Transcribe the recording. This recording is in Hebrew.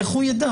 איך הוא ידע?